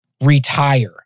retire